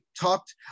talked